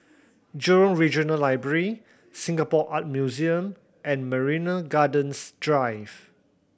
Jurong Regional Library Singapore Art Museum and Marina Gardens Drive